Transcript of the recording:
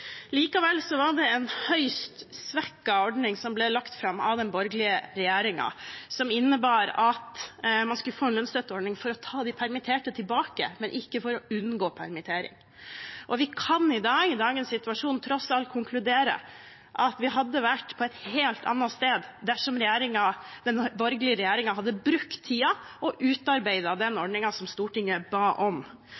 Likevel var det en høyst svekket ordning som ble lagt fram av den borgerlige regjeringen. Den innebar at man skulle få en lønnsstøtteordning for å ta de permitterte tilbake, men ikke for å unngå permittering. Vi kan i dag, i dagens situasjon, tross alt konkludere med at vi ville vært på et helt annet sted dersom den borgerlige regjeringen hadde brukt tiden på å utarbeide den